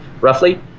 roughly